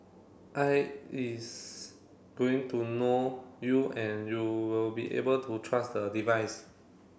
is going to know you and you will be able to trust the device